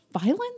violence